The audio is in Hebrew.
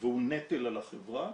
והוא נטל על החברה